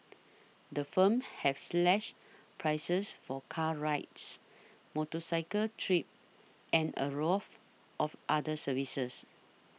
the firms have slashed prices for car rides motorcycle trips and a raft of other services